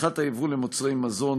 פתיחת היבוא למוצרי מזון,